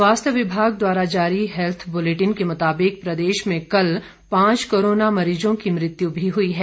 स्वास्थ्य विभाग द्वारा जारी हेल्थ बुलेटिन के मुताबिक प्रदेश में कल पांच कोरोना मरीजों की मृत्यू भी हई है